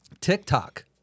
TikTok